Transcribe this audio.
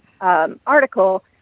article